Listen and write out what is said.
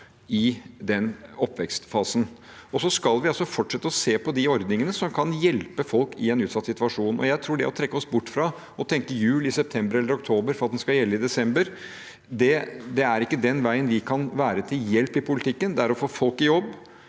i oppvekstfasen. Så skal vi fortsette med å se på de ordningene som kan hjelpe folk i en utsatt situasjon. Jeg tror det å trekke oss bort fra det og tenke jul i september eller oktober, for at den skal gjelde i desember, ikke er veien vi kan være til hjelp i politikken. Det er å få folk i jobb